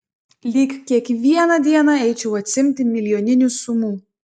lyg kiekvieną dieną eičiau atsiimti milijoninių sumų